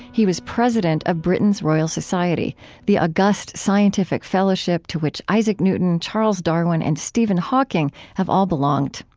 he was president of britain's royal society the august scientific fellowship to which isaac newton, charles darwin, and stephen hawking have all belonged.